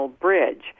bridge